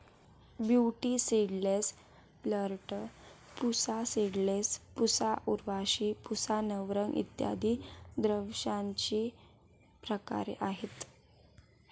beauty seedless, Perlette, Pusa seedless, Pusa Urvashi, Pusa Navrang इत्यादी द्राक्षांचे प्रकार आहेत